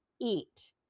eat